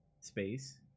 Space